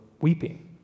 weeping